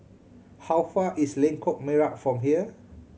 how far is Lengkok Merak from here